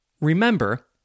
Remember